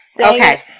Okay